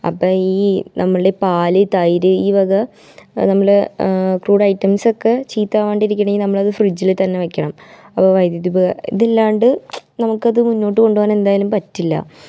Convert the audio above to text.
അപ്പം ഈ നമ്മുടെ പാൽ തൈര് ഈ വക നമ്മൾ ഫ്രൂട്ട്സ് ഐറ്റംസ് ഒക്കെ ചീത്തയാവാണ്ടെ ഇരിക്കണമെങ്കിൽ നമ്മളത് ഫ്രിഡ്ജിൽ തന്നെ വയ്ക്കണം അപ്പം വൈദ്യുതി ഇത് ഇല്ലാണ്ട് നമുക്കത് മുന്നോട്ട് കൊണ്ട് പോകാൻ എന്തായാലും പറ്റില്ല